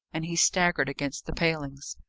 and he staggered against the palings.